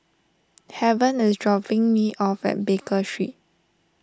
Haven is dropping me off at Baker Street